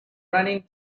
running